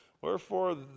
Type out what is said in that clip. Wherefore